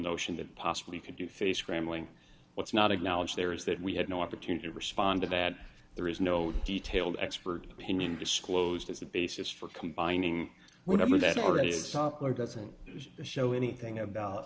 notion that possibly could you face gramling what's not acknowledged there is that we had no opportunity to respond to that there is no detailed expert opinion disclosed as the basis for combining whatever that's already stopped or doesn't show anything about